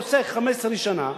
שאדם היה חוסך 15 שנה,